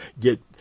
get